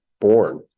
born